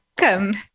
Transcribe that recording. welcome